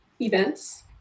Events